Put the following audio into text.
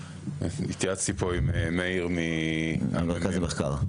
התייעצתי עם מאיר ממרכז המחקר.